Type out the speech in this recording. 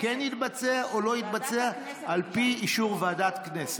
כן יתבצע או לא יתבצע, על פי אישור ועדת הכנסת.